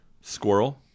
Squirrel